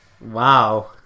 wow